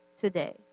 today